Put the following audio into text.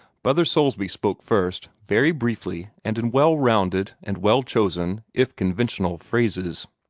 brother soulsby spoke first, very briefly and in well rounded and well-chosen, if conventional, phrases.